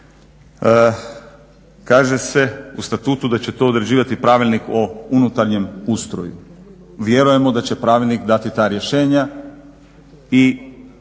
da će u statutu to određivati pravilnik o unutarnjem ustroju, vjerujemo da će pravilnik dati ta rješenja i